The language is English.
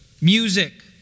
music